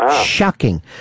Shocking